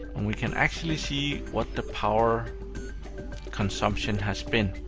and we can actually see what the power consumption has been.